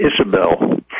Isabel